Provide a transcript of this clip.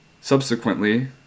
subsequently